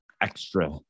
extra